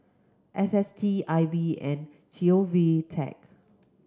S S T I B and G O V Tech